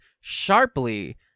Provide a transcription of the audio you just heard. sharply